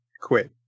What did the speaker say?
quit